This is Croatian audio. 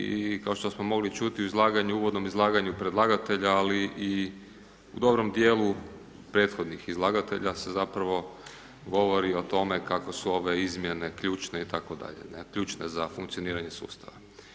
I kao što smo mogli čuti u izlaganju, uvodnom izlaganju predlagatelja ali i u dobrom dijelu prethodnih izlagatelja se zapravo govori o tome kako su ove izmjene ključne itd., ključne za funkcioniranje sustava.